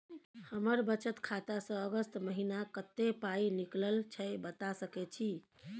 हमर बचत खाता स अगस्त महीना कत्ते पाई निकलल छै बता सके छि?